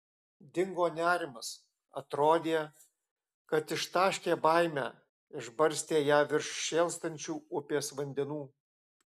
dingo nerimas atrodė kad ištaškė baimę išbarstė ją virš šėlstančių upės vandenų